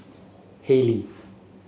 Haylee